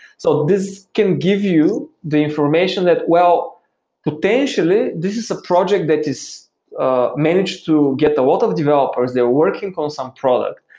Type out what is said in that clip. so this can give you the information that, well potentially this is a project that is ah managed to get the wealth of developers, they're working on some product.